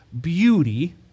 beauty